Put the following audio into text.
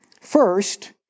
First